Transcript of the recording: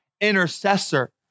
Intercessor